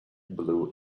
blue